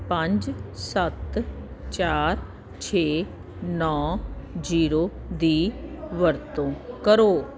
ਪੰਜ ਸੱਤ ਚਾਰ ਛੇ ਨੌਂ ਜੀਰੋ ਦੀ ਵਰਤੋਂ ਕਰੋ